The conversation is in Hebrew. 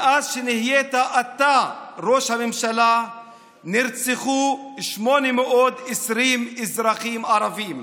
מאז שנהיית אתה ראש הממשלה נרצחו 820 אזרחים ערבים.